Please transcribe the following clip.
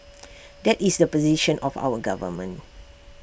that is the position of our government